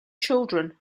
children